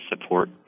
support